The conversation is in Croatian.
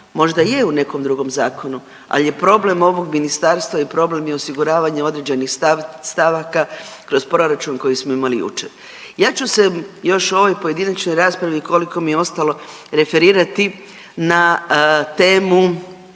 Možda je u nekom drugom zakonu, al je problem ovog ministarstva i problem je osiguravanja određenih stavaka kroz proračun koji smo imali jučer. Ja ću se još u ovoj pojedinačnoj raspravi koliko mi je ostalo referirati na temu